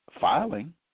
filing